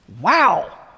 Wow